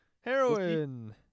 Heroin